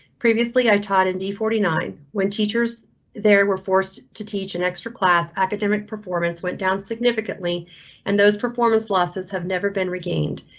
previously i taught in d four nine when teachers there were forced to teach an extra class. academic performance went down significantly and those performance losses have never been regained.